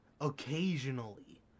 occasionally